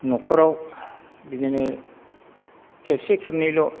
न'खराव बिदिनो खेबसे खेबनैल'